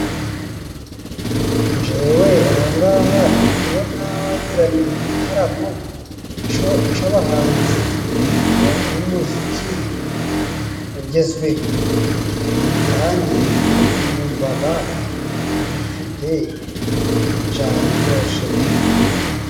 Njewe aha ng'aha ndikubona wagira ni igitaramo, co c'abahanzi ba b'umuziki ugezweho. Kandi nu numvaga bifite injana iryoshe da!